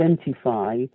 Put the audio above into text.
identify